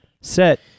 set